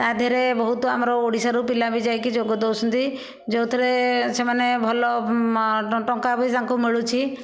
ତା ଦିହରେ ବହୁତ ଆମର ଓଡ଼ିଶାରୁ ପିଲା ବି ଯାଇକି ଯୋଗ ଦଉଛନ୍ତି ଯେଉଁଥିରେ ସେମାନେ ଭଲ ଟଙ୍କା ବି ତାଙ୍କୁ ମିଳୁଛି